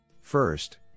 first